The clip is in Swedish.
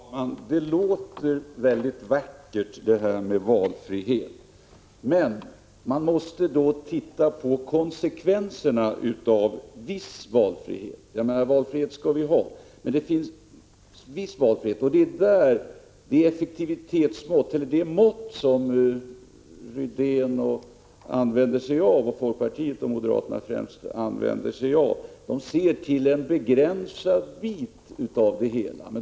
Herr talman! Det låter mycket vackert, detta med valfrihet. Men man måste se på konsekvenserna av viss valfrihet. Vi skall ha valfrihet. Men det mått som främst Rune Rydén och andra moderater liksom också folkpartister använder sig av innebär att de ser på en begränsad del av det hela.